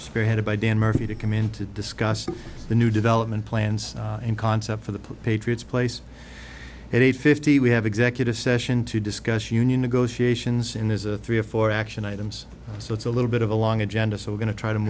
spearheaded by dan murphy to come in to discuss the new development plans in concept for the patriots place at eight fifty we have executive session to discuss union negotiations in there's a three or four action items so it's a little bit of a long agenda so we're going to try to